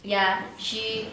ya she